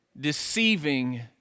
deceiving